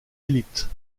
élite